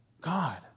God